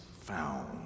found